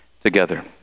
together